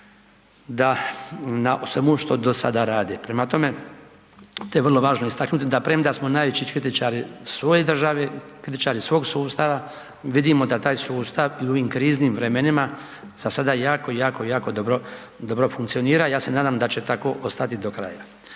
na svemu što do sada rade. Prema tome, to je vrlo važno istaknuti da premda smo najveći kritičari svoje države, kritičari svog sustava vidimo da taj sustav i u ovim kriznim vremenima za sada jako, jako, jako dobro funkcionira i ja se nadam da će tako ostati do kraja.